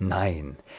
nein